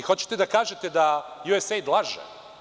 Hoćete da kažete da USAID laže?